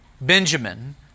Benjamin